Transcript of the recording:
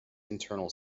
internal